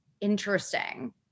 interesting